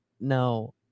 No